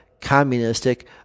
communistic